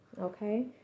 okay